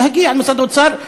להגיע למשרד האוצר,